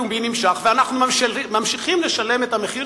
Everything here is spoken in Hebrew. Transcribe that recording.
אחרת הדיון הפומבי נמשך ואנחנו ממשיכים לשלם את המחיר